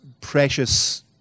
precious